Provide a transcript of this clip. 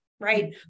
right